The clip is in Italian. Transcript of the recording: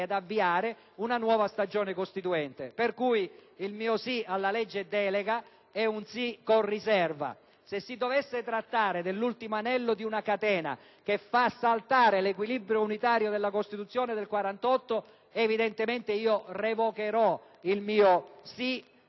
ed avviare una nuova stagione costituente. Per tutte queste considerazioni il mio sì alla legge delega è un sì con riserva. Se si dovesse trattare dell'ultimo anello di una catena che fa saltare l'equilibrio unitario della Costituzione del 1948 evidentemente revocherò il mio sì,